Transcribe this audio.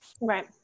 Right